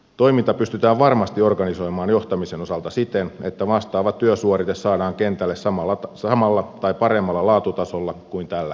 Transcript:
toiminta pystytään varmasti organisoimaan johtamisen osalta siten että vastaava työsuorite saadaan kentälle samalla tai paremmalla laatutasolla kuin tällä hetkellä